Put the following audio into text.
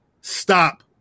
stop